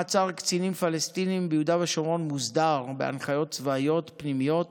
מעצר קטינים פלסטינים ביהודה ושומרון מוסדר בהנחיות צבאיות פנימיות